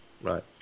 Right